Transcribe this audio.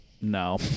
no